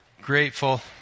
Grateful